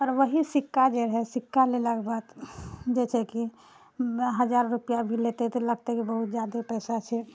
आओर ओएह सिक्का जे रहै सिक्का लेलाके बाद जे छै कि मे हजार रुपआ भी लेतै तऽ लगतै बहुत जादे पैसा छै